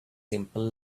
simple